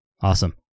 Awesome